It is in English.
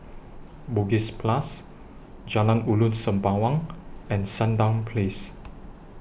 Bugis Plus Jalan Ulu Sembawang and Sandown Place